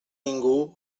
ningú